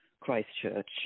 Christchurch